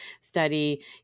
study